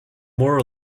more